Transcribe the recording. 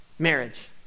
Marriage